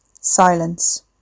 Silence